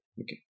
Okay